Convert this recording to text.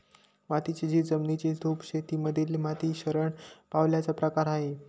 मातीची झीज, जमिनीची धूप शेती मधील माती शरण पावल्याचा प्रकार आहे